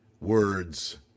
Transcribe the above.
words